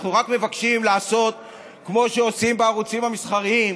אנחנו רק מבקשים לעשות כמו שעושים בערוצים המסחריים: